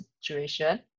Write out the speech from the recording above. situation